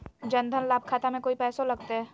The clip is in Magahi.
जन धन लाभ खाता में कोइ पैसों लगते?